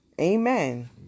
Amen